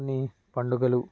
వీటిలో కొన్ని పండుగలు